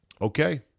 Okay